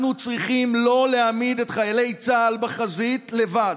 אנחנו צריכים לא להעמיד את חיילי צה"ל בחזית לבד.